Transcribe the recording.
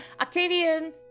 Octavian